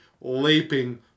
leaping